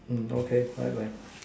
mm okay bye bye